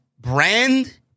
brand